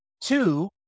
two